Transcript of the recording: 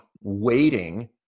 waiting